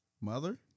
Mother